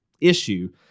issue